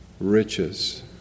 riches